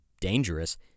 dangerous